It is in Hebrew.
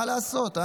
מה לעשות,